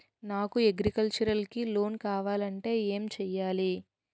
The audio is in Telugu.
నాకు అగ్రికల్చర్ కి లోన్ కావాలంటే ఏం చేయాలి?